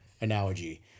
analogy